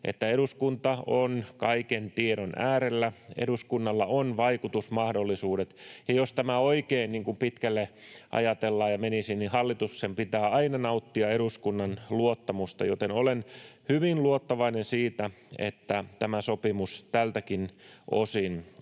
eduskunta on kaiken tiedon äärellä, eduskunnalla on vaikutusmahdollisuudet. Ja jos tämä oikein pitkälle ajatellaan ja menisi, niin hallituksen pitää aina nauttia eduskunnan luottamusta, joten olen hyvin luottavainen siitä, että tämä sopimus tältäkin osin on